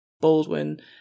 Baldwin